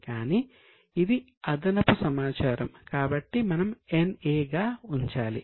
కానీ ఇది అదనపు సమాచారం కాబట్టి మనం NA గా ఉంచాలి